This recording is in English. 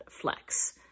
Flex